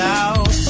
out